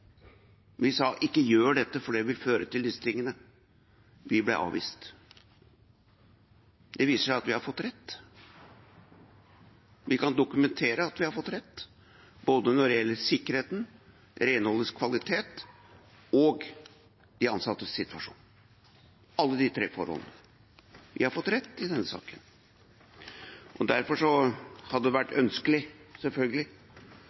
viser seg at vi har fått rett. Vi kan dokumentere at vi har fått rett når det gjelder både sikkerheten, renholdets kvalitet og de ansattes situasjon – alle de tre forholdene. Vi har fått rett i denne saken. Derfor hadde det vært ønskelig, selvfølgelig,